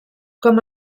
com